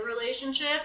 relationship